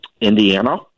Indiana